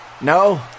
No